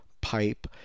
pipe